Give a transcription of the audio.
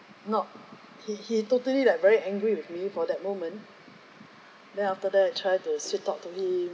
not he he totally like very angry with me for that moment then after that try to sweet talk to him